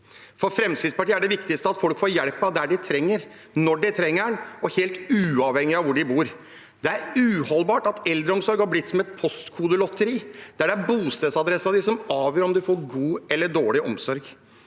For Fremskrittspartiet er det viktigste at folk får den hjelpen der de trenger, når de trenger den, og helt uavhengig av hvor de bor. Det er uholdbart at eldreomsorg har blitt som et postkodelotteri, der det er bostedsadressen som avgjør om en får god eller dårlig omsorg.